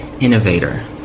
innovator